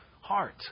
heart